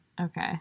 Okay